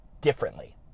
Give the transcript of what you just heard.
differently